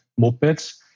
mopeds